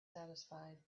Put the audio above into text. satisfied